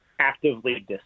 actively